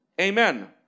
Amen